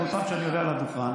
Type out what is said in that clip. כל פעם שאני עולה על הדוכן,